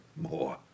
more